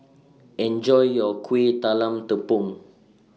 Enjoy your Kuih Talam Tepong